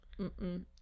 Mm-mm